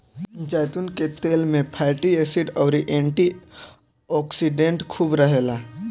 जैतून के तेल में फैटी एसिड अउरी एंटी ओक्सिडेंट खूब रहेला